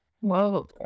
Whoa